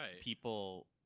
people –